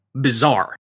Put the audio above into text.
bizarre